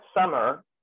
summer